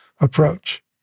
approach